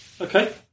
Okay